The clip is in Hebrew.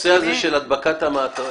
הנושא הזה של הדבקת המעטפות,